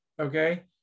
Okay